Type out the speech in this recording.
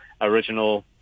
original